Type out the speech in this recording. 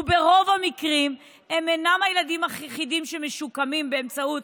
וברוב המקרים הם הילדים היחידים שמשוקמים באמצעות